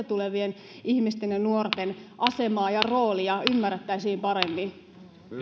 tulevien ihmisten ja nuorten asemaa ja roolia ymmärrettäisiin paremmin